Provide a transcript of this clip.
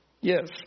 Yes